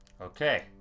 Okay